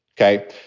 okay